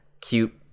cute